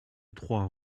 trois